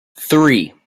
three